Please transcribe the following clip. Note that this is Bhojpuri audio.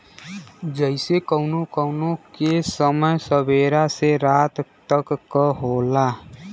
जइसे कउनो कउनो के समय सबेरा से रात तक क होला